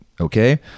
okay